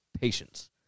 patience